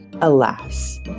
Alas